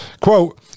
Quote